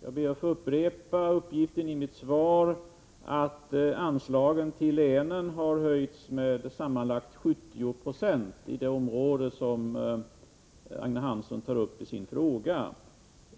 Jag ber att få upprepa uppgiften i mitt svar att anslagen till länen har höjts med sammanlagt 70 96 i det område som Agne Hansson tar upp i sin fråga.